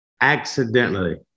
Accidentally